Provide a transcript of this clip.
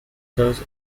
thus